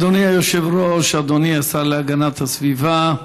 אדוני היושב-ראש, אדוני השר להגנת הסביבה,